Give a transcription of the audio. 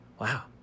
wow